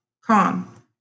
con